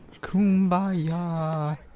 Kumbaya